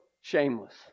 shameless